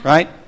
Right